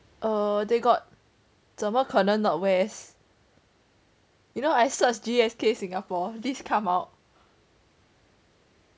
err they got 怎么可能 not west you know I search G_S_K singapore this come out